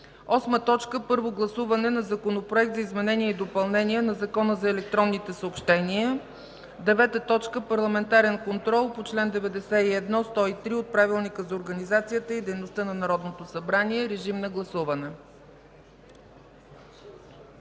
2009 г. 8. Първо гласуване на Законопроект за изменение и допълнение на Закона за електронните съобщения. 9. Парламентарен контрол по чл. 91-103 от Правилника за организацията и дейността на Народното събрание. Режим на гласуване.